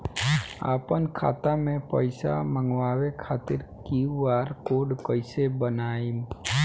आपन खाता मे पईसा मँगवावे खातिर क्यू.आर कोड कईसे बनाएम?